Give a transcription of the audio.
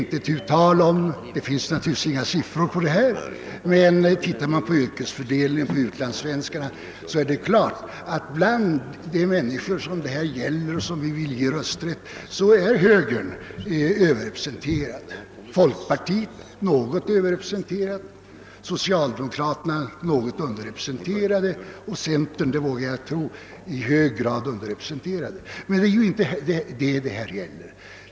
Naturligtvis finns det inga siffror på dessa saker, men ser man på yrkesfördelningen bland = utlandssvenskarna framgår det klart att bland de människor det här gäller och som vi vill ge rösträtt är högern Ööverrepresenterad, folkpartiet något övererepresenterat, socialdemokraterna något underrepresen terade och centerpartiet — det vågar jag tro — i hög grad underrepresenterat. Men det är inte den saken det här gäller.